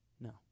No